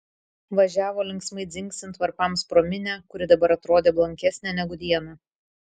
važiavo linksmai dzingsint varpams pro minią kuri dabar atrodė blankesnė negu dieną